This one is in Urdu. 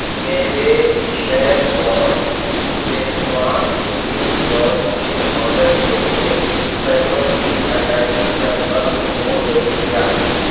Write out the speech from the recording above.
میرے chef boss schezwan cooking sauce کے آرڈر کے لیے پیسوں کی ادائگی کنفرم ہو گئی کیا